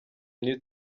new